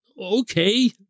okay